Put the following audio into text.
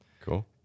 Cool